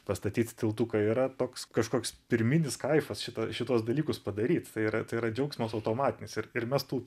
pastatyt tiltuką yra toks kažkoks pirminis kaifas šito šituos dalykus padaryt tai yra tai yra džiaugsmas automatinis ir ir mes tų